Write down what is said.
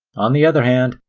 on the other hand,